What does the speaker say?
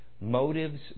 motives